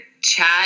chat